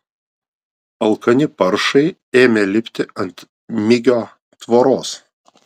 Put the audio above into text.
alkani paršai ėmė lipti ant migio tvoros